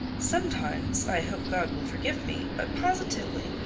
sometimes i hope god will forgive me but positively,